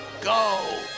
go